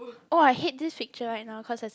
oh I hate this picture right now cause there's a